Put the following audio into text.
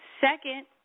Second